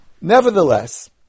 Nevertheless